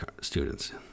students